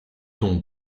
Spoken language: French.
tons